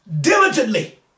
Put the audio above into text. diligently